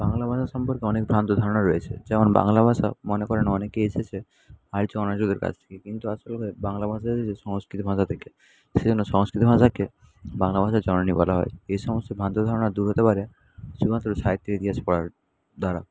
বাংলা ভাষা সম্পর্কে অনেক ভ্রান্ত ধারণা রয়েছে যেমন বাংলা ভাষা মনে করেন অনেকে এসেছে আর্য অনার্যদের কাছ থেকে কিন্তু আসলে বাংলা ভাষা এসেছে সংস্কৃত ভাষা থেকে সেজন্য সংস্কৃত ভাষাকে বাংলা ভাষার জননী বলা হয় এই সমস্ত ভ্রান্ত ধারণা দূর হতে পারে শুধুমাত্র সাহিত্যের ইতিহাস পড়ার দ্বারা